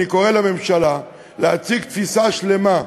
אני קורא לממשלה להציג תפיסה שלמה,